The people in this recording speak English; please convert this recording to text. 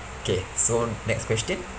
okay so next question